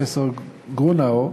פרופסור גרונאו,